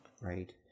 Right